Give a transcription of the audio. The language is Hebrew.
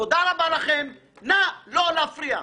תודה רבה לכם, נא לא להפריע.